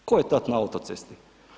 Tko je tad na autocesti?